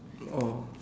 or